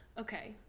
Okay